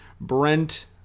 Brent